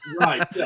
Right